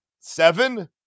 seven